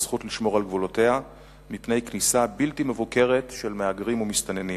הזכות לשמור על גבולותיה מפני כניסה בלתי מבוקרת של מהגרים ומסתננים.